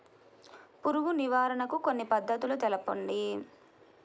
పురుగు నివారణకు కొన్ని పద్ధతులు తెలుపండి?